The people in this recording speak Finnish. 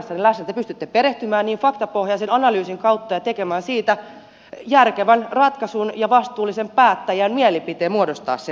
te pystytte perehtymään niihin faktapohjaisen analyysin kautta ja tekemään siitä järkevän ratkaisun ja muodostamaan vastuullisen päättäjän mielipiteen sen perusteella